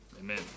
Amen